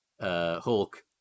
Hulk